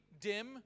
dim